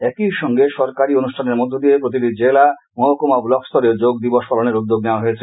একইসঙ্গে সরকারী অনুষ্ঠানের মধ্যে দিয়ে প্রতিটি জেলা মহকুমা ও ব্লক স্তরেও যোগ দিবস পালনের উদ্যোগ নেয়া হয়েছে